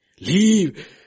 Leave